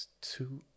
two